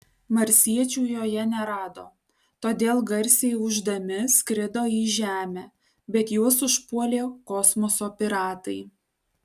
marsiečių joje nerado todėl garsiai ūždami skrido į žemę bet juos užpuolė kosmoso piratai